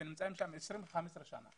כאלה שנמצאים שם 15 ו-20 שנים.